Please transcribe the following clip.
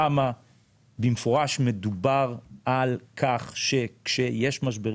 שם במפורש מדובר על כך שכאשר יש משברים